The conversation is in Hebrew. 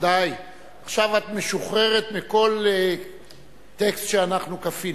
עכשיו את משוחררת מכל טקסט שאנחנו כפינו.